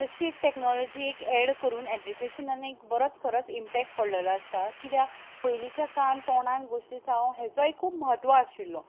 तशी टॅक्नोलॉजी एक एड करून एजुकेशनान एक बरोच खरो इम्पॅक्ट पडलेलो आसता किद्याक पयलींच्या काळान तोंडान गोश्टीचो हाजोय खूब महत्व आशिल्लो